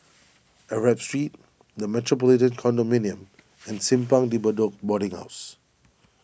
Arab Street the Metropolitan Condominium and Simpang De Bedok Boarding House